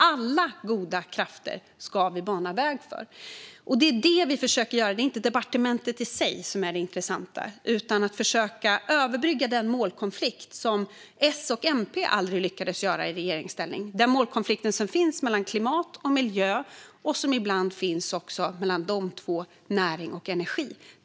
Alla goda krafter ska vi bana väg för. Det är det vi försöker göra. Det är inte departementet i sig som är det intressanta, utan det handlar om att försöka överbrygga målkonflikten, vilket S och MP aldrig lyckades göra i regeringsställning. Det gäller den målkonflikt som finns mellan klimat och miljö och som ibland finns mellan näring och energi.